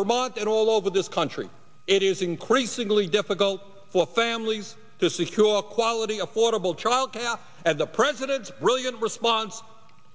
vermont and all over this country it is increasingly difficult for families to secure quality affordable childcare at the president's brilliant response